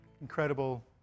incredible